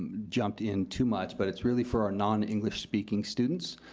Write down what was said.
jumped in too much, but it's really for our non-english speaking students,